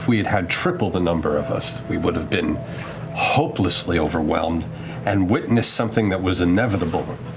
we had had triple the number of us, we would have been hopelessly overwhelmed and witnessed something that was inevitable,